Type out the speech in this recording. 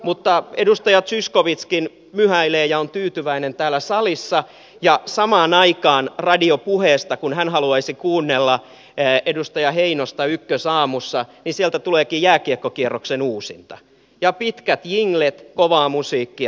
mutta edustaja zyskowiczkin myhäilee ja on tyytyväinen täällä salissa ja samaan aikaan kun hän haluaisi kuunnella edustaja heinosta ykkösaamussa niin radio puheesta tuleekin jääkiekkokierroksen uusinta ja pitkät jinglet kovaa musiikkia